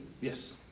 Yes